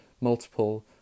multiple